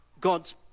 God's